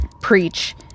preach